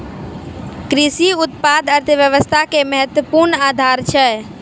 कृषि उत्पाद अर्थव्यवस्था के महत्वपूर्ण आधार छै